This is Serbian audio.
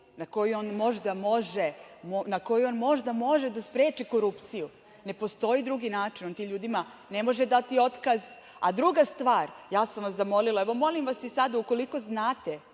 na koji on možda može da spreči korupciju. Ne postoji drugi način, on tim ljudima ne može dati otkaz. Druga stvar, ja sam vas zamolila, evo molim vas i sada, ukoliko znate